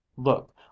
Look